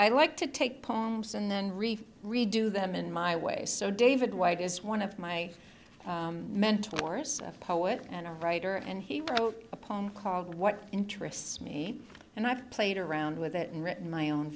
i like to take poems and then reef redo them in my way so david white is one of my mentors a poet and a writer and he wrote a poem called what interests me and i've played around with it and written my own